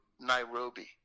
Nairobi